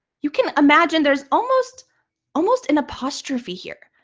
you can imagine there's almost almost an apostrophe here.